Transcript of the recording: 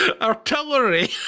artillery